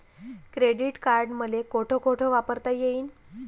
Credit card मले कोठ कोठ वापरता येईन?